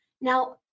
Now